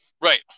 Right